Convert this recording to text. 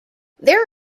there